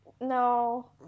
No